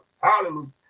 Hallelujah